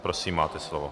Prosím, máte slovo.